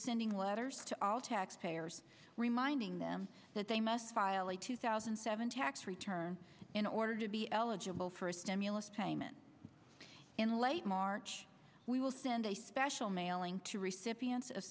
sending letters to all tax payers reminding them that they must file a two thousand and seven tax return in order to be eligible for a stimulus payment in late march we will send a special mailing to re cypriots of